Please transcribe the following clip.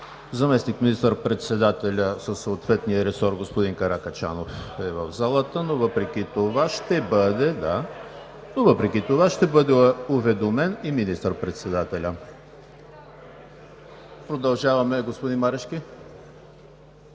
Заместник министър-председателят със съответния ресор господин Каракачанов е в залата, но въпреки това ще бъде уведомен и министър-председателят. КОРНЕЛИЯ НИНОВА (БСП